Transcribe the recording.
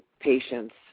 patients